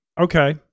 okay